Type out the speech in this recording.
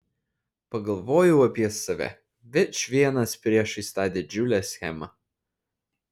pagalvojau apie save vičvienas priešais tą didžiulę schemą